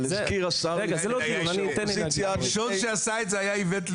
אבל הזכיר השר --- הראשון שעשה את זה היה איווט ליברמן.